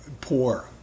poor